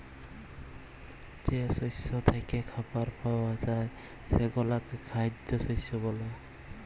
যে শস্য থ্যাইকে খাবার পাউয়া যায় সেগলাকে খাইদ্য শস্য ব্যলে